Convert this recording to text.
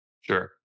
Sure